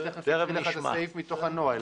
אני תיכף אביא לך את הסעיף מתוך הנוהל.